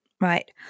right